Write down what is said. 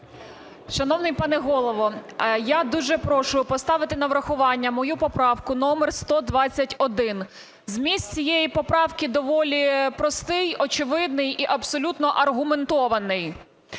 Шановний пане Голово, я дуже прошу поставити на врахування мою поправку номер 121. Зміст цієї поправки доволі простий, очевидний і абсолютно аргументований.